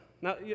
Now